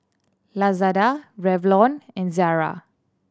Lazada Revlon and Zara